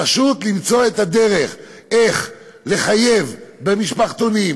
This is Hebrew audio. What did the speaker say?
פשוט למצוא את הדרך איך לחייב במשפחתונים,